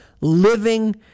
living